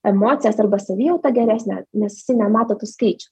emocijos arba savijautą geresnę nes jisai nemato tų skaičių